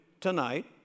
tonight